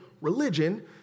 religion